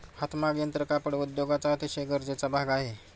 हातमाग यंत्र कापड उद्योगाचा अतिशय गरजेचा भाग आहे